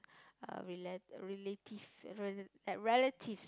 uh relate relative rela~ relatives